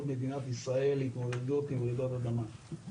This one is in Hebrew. מדינת ישראל להתמודדות עם רעידות אדמה.